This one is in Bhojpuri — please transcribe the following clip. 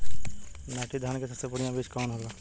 नाटी धान क सबसे बढ़िया बीज कवन होला?